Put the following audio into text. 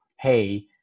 hey